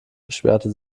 beschwerte